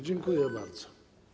Dziękuję bardzo.